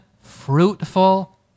fruitful